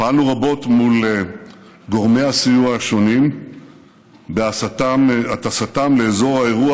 פעלנו רבות מול גורמי הסיוע השונים בהטסתם לאזור האירוע